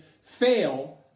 fail